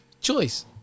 Choice